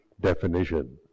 definition